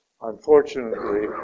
Unfortunately